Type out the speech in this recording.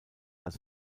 als